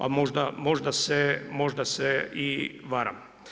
A možda se i varam.